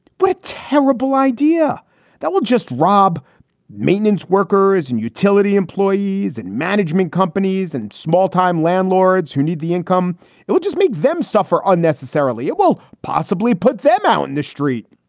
what a terrible idea that will just rob maintenance workers and utility employees and management companies and small-time landlords who need the income it will just make them suffer unnecessarily. it will possibly put them out in the street.